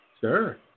Sure